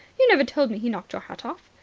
you never told me he knocked your hat off.